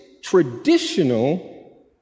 traditional